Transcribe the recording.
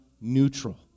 neutral